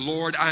Lord